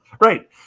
Right